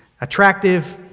Attractive